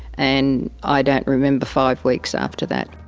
and i don't remember five weeks after that.